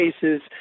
cases